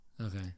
Okay